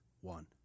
one